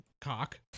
cock